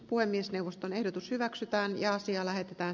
puhemiesneuvoston ehdotus hyväksytään ja asia lähetetään